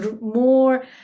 more